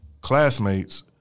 classmates